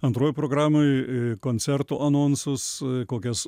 antroj programoj koncertų anonsus kokias